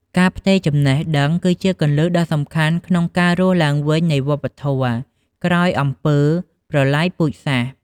ការផ្ទេរចំណេះដឹង គឺជាគន្លឹះដ៏សំខាន់ក្នុងការរស់ឡើងវិញនៃវប្បធម៌ក្រោយអំពើប្រល័យពូជសាសន៍។